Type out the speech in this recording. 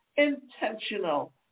intentional